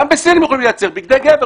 גם בסין הם יכולים לייצר, בגדי גברים.